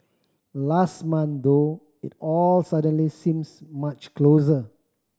last month though it all suddenly seems much closer